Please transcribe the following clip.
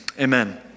amen